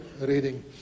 reading